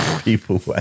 People